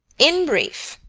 in brief,